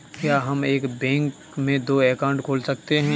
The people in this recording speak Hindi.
क्या हम एक बैंक में दो अकाउंट खोल सकते हैं?